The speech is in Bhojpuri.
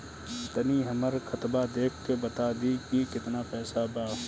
तनी हमर खतबा देख के बता दी की केतना पैसा बा?